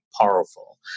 powerful